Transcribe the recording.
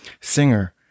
singer